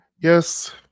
Yes